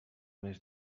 més